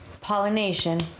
Pollination